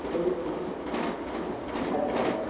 এটাই এই হ্যাঁ ঠিক আছে রাখলাম